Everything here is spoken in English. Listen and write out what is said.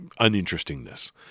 uninterestingness